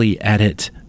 edit